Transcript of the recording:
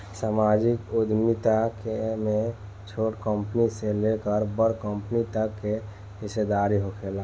सामाजिक उद्यमिता में छोट कंपनी से लेकर बड़ कंपनी तक के हिस्सादारी होखेला